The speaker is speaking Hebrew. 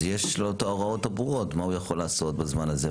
אז יש לו את ההוראות הברורות מה הוא יכול לעשות בזמן הזה.